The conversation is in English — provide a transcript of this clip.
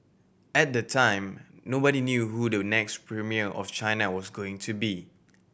at the time nobody knew who the next premier of China was going to be